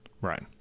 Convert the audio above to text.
Right